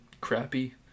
crappy